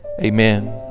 amen